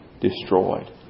destroyed